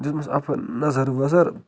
دیُُتمَس اَپٲرۍ نَظر وَظر